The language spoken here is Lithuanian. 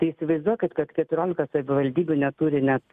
tai įsivaizduokit kad keturiolika savivaldybių neturi net